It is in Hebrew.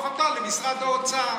לשלוח אותה למשרד האוצר?